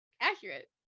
accurate